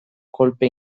kolpe